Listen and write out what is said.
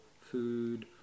food